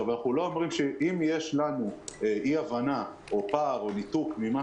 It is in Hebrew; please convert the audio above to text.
אם יש לנו אי-הבנה או פער או ניתוק ממה